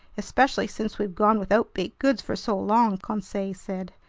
especially since we've gone without baked goods for so long, conseil said.